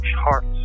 hearts